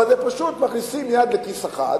אבל זה פשוט: מכניסים יד לכיס אחד,